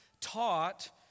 taught